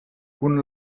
kun